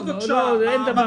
לא, אין דבר כזה.